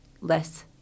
less